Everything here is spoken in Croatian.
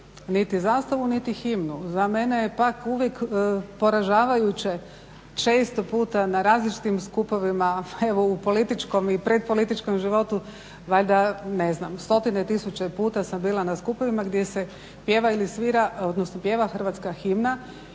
niti zastavu niti himnu. Za mene je pak uvijek poražavajuće često puta na različitim skupovima evo u političkom i predpolitičkom životu valjda ne znam stotine tisuća puta sam bila na skupovima gdje se pjeva ili svira odnosno pjeva hrvatska himna